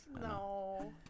No